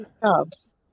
jobs